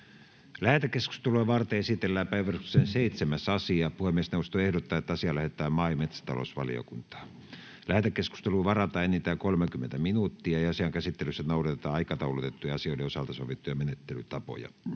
Lähetekeskustelua varten esitellään päiväjärjestyksen 8. asia. Puhemiesneuvosto ehdottaa, että asia lähetetään maa- ja metsätalousvaliokuntaan. Lähetekeskusteluun varataan enintään 30 minuuttia. Asian käsittelyssä noudatetaan aikataulutettujen asioiden osalta sovittuja menettelytapoja.